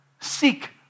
seek